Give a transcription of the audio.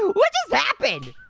what just happened?